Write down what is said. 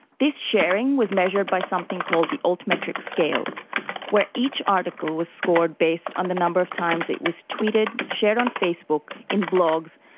this sharing was measured by something called the altmetric scale where each article was scored based on the number of times it was tweeted, shared on facebook, in blogs,